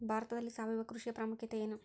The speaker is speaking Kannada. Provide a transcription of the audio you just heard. ಭಾರತದಲ್ಲಿ ಸಾವಯವ ಕೃಷಿಯ ಪ್ರಾಮುಖ್ಯತೆ ಎನು?